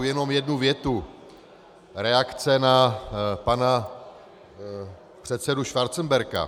Jenom jednu větu reakce na pana předsedu Schwarzenberga.